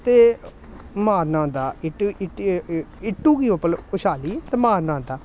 ते मारना होंदा इट्ट इट्टी इट्टु गी उप्पर उछालियै ते मारना होंदा